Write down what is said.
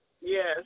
Yes